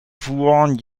fuhren